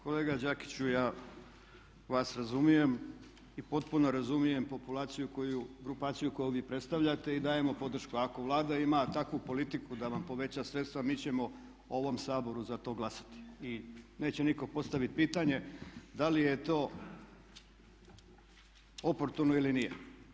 Kolega Đakiću ja vas razumijem i potpuno razumijem grupaciju koju vi predstavljate i dajemo podršku, ako Vlada ima takvu politiku da vam poveća sredstva mi ćemo u ovom Saboru za to glasati i neće nitko postaviti pitanje da li je to oportuno ili nije.